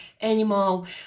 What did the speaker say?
animal